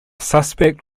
suspect